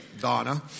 Donna